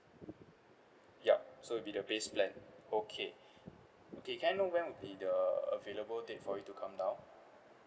yup so it'd be the base plan okay okay can I know when would be the available date for you to come down